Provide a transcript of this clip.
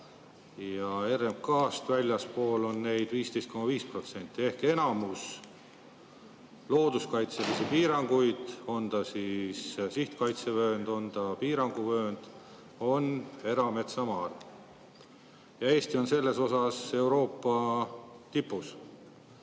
ja RMK-st väljaspool on neid 15,5%. Ehk enamik looduskaitselisi piiranguid, on ta sihtkaitsevöönd või piiranguvöönd, kehtib erametsamaadel. Ja Eesti on selles mõttes Euroopa tipus.